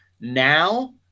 now